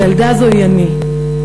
הילדה הזו היא אני,